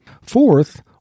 Fourth